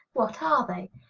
what are they?